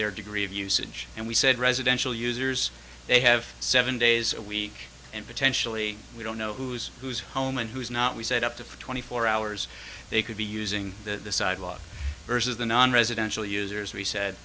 their degree of usage and we said residential users they have seven days a week and potentially we don't know who's who's home and who's not we set up to for twenty four hours they could be using the sidewalk versus the nonresidential users we said